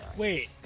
Wait